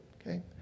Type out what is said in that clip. okay